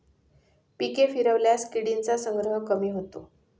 पिके फिरवल्यास किडींचा संग्रह कमी होतो